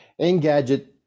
Engadget